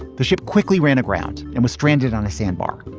the ship quickly ran aground and was stranded on a sandbar.